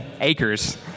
acres